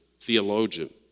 theologian